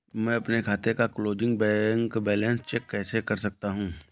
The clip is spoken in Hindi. मैं अपने खाते का क्लोजिंग बैंक बैलेंस कैसे चेक कर सकता हूँ?